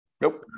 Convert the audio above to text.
Nope